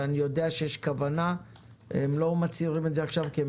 ואני יודע שיש כוונה למרות שהם לא מצהירים את זה עכשיו כי הם